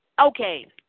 okay